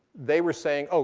they were saying, oh,